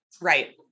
Right